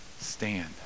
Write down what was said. Stand